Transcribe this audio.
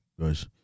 guys